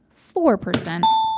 four percent?